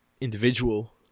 individual